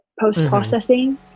post-processing